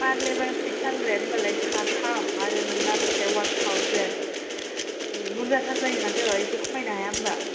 पार लेबार six hundred होनबालाय साथाम आरो नोंना बेसे वान थावजेन ऐ बुर्जाथार जायो माथो इसे खमायनो हाया होनबा